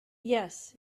yes